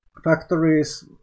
factories